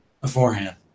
beforehand